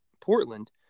Portland